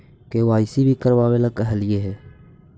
KYC भी करवावेला कहलिये हे?